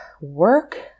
work